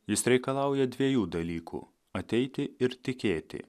jis reikalauja dviejų dalykų ateiti ir tikėti